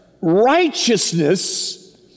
Righteousness